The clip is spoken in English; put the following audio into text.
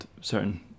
certain